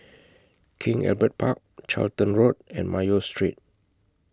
King Albert Park Charlton Road and Mayo Street